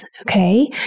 okay